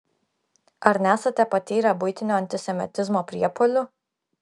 ar nesate patyrę buitinio antisemitizmo priepuolių